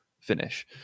finish